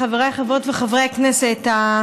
חבריי חברות וחברי הכנסת,